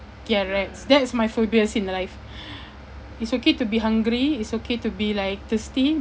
ya rats that's my phobias in life it's okay to be hungry it's okay to be like thirsty